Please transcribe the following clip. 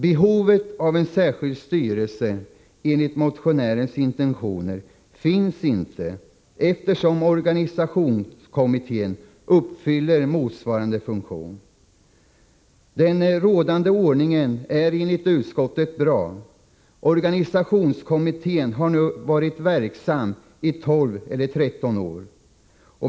Behovet av en särskild styrelse enligt motionärens intentioner finns inte, eftersom organisationskommittén fyller motsvarande funktion. Den rådande ordningen är enligt utskottet bra. Organisationskommittén har nu varit verksam i 12 eller 13 år.